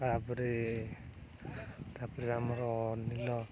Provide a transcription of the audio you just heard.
ତା'ପରେ ତା'ପରେ ଆମର ନୀଳ